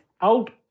out